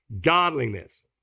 Godliness